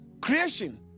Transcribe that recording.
creation